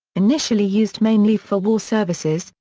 initially used mainly for war services,